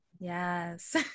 Yes